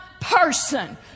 person